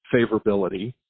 favorability